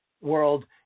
world